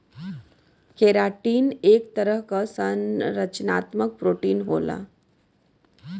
keratin एक तरह क संरचनात्मक प्रोटीन होला